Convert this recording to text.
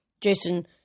Jason